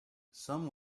some